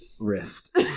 Wrist